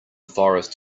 forest